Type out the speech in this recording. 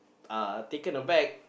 uh taken a back